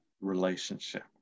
relationship